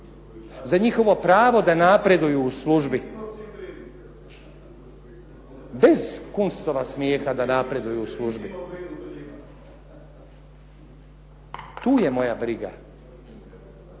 za njihovo pravo da napreduju u službi. Bez Kunstova smijeha da napreduju u službi. Tu je moja briga.